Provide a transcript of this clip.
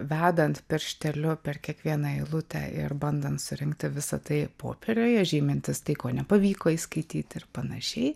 vedant piršteliu per kiekvieną eilutę ir bandant surinkti visa tai popieriuje žymintis tai ko nepavyko įskaityt ir panašiai